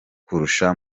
kurusha